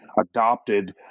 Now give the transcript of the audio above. adopted